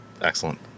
excellent